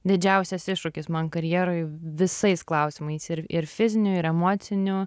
didžiausias iššūkis man karjeroj visais klausimais ir ir fiziniu ir emociniu